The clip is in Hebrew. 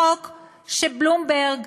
החוק שבלומברג,